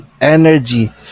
energy